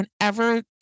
whenever